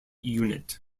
unit